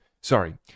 Sorry